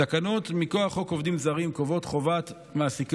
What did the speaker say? תקנות מכוח חוק עובדים זרים קובעות חובת מעסיקי